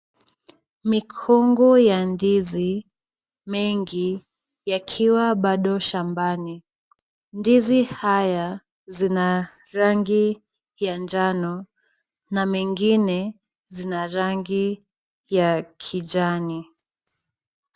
Mikungu ya ndizi mingi yakiwa bado shambani. Ndizi haya zina rangi ya njano na mengine zina rangi ya kijani.